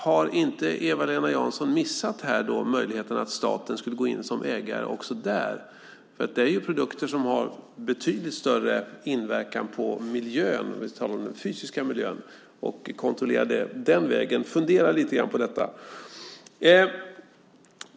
Har inte Eva-Lena Jansson missat möjligheten att staten även där skulle kunna gå in som ägare? Det gäller ju produkter som har betydligt större inverkan på miljön, om vi talar om den fysiska miljön, och därför skulle man kunna kontrollera det den vägen. Fundera på det lite grann.